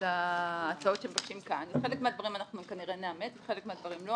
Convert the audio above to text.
חלק מהדברים אנחנו כנראה נאמץ, וחלק מהדברים לא.